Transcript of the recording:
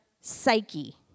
psyche